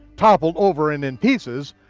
toppled over and in pieces,